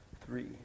three